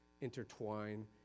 intertwine